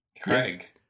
Craig